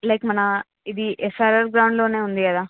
like మన ఇది SRR గ్రౌండ్లోనే ఉంది కదా